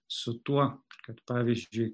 su tuo kad pavyzdžiui